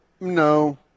No